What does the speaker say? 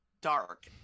dark